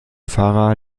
fahrer